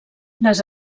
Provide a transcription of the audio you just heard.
les